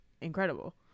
incredible